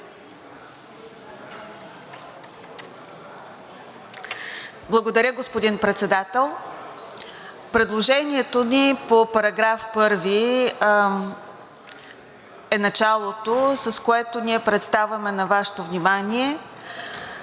Благодаря, господин Председател. Предложението ни по § 1 е началото, с което ние представяме на Вашето внимание